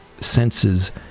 senses